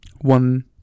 one